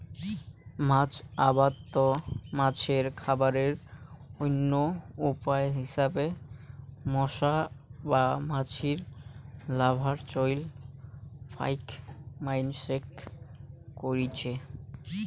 মাছ আবাদত মাছের খাবারের অইন্য উপায় হিসাবে মশা বা মাছির লার্ভার চইল ফাইক মাইনষে কইরচে